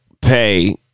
pay